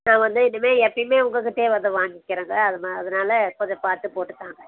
நான் வந்து இனிமேல் எப்பவுமே உங்கள் கிட்டேயே வந்து வாங்கிக்கிறேங்க அது ம அதனால கொஞ்சம் பார்த்து போட்டுத்தாங்க